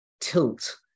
tilt